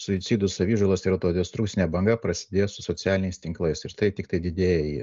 suicidų savižalos yra to destrukcinė banga prasidėjo su socialiniais tinklais ir tai tiktai didėja ji